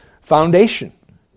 foundation